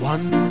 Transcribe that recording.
One